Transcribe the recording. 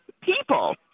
people